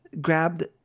Grabbed